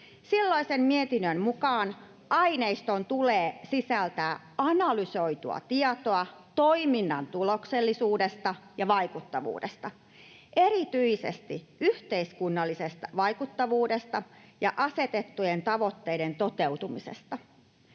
Silloisen mietinnön mukaan aineiston tulee sisältää analysoitua tietoa toiminnan tuloksellisuudesta ja vaikuttavuudesta, erityisesti yhteiskunnallisesta vaikuttavuudesta ja asetettujen tavoitteiden toteutumisesta.